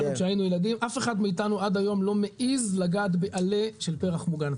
אף אחד מאיתנו עד היום לא מעז לגעת בעלה של פרח מוגן.